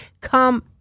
Come